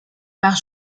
par